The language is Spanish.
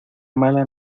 mala